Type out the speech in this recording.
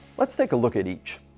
let's take a look at each.